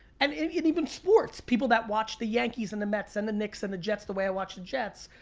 and even even sports, people that watch the yankees and the mets and the knicks and the jets the way i watch the jets.